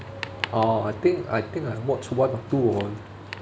orh I think I think I've watch one or two on